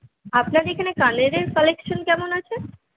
আপনার এখানে কানের এ কালেকশন কেমন আছে